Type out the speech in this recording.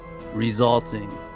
resulting